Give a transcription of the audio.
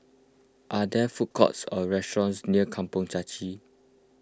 are there food courts or restaurants near Kampong Chai Chee